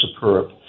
superb